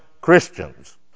Christians